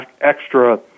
extra